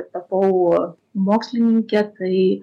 tapau mokslininke tai